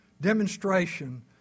demonstration